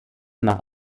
nach